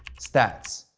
stats,